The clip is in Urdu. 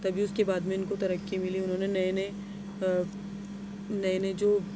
تبھی اُس کے بعد میں اُن کو ترقی ملی اُنہوں نے نئے نئے نئے نئے جو آ